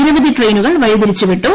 നിരവധി ട്രെയിനുകൾ വഴിതിരിച്ച് വിട്ടു